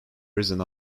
risen